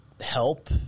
help